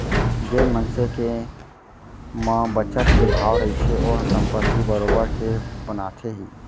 जेन मनसे के म बचत के भाव रहिथे ओहा संपत्ति बरोबर के बनाथे ही